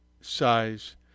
size